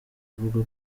avuga